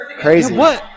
Crazy